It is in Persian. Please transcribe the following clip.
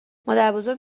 مادربزرگ